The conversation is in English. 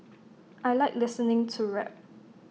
I Like listening to rap